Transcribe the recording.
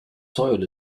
soil